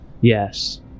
Yes